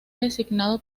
designado